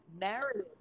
narrative